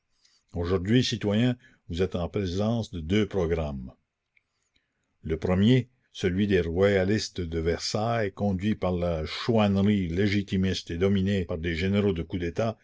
aujourd'hui citoyens vous êtes en présence de deux programmes la commune le premier celui des royalistes de versailles conduits par la chouannerie légitimiste et dominés par des généraux de coup d'état